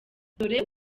dore